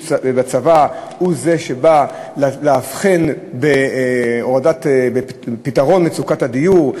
בצבא יבוא להבחין בפתרון מצוקת הדיור.